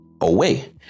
away